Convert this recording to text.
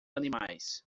animais